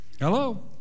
Hello